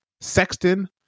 Sexton